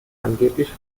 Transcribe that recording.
angeblich